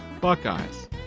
buckeyes